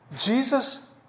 Jesus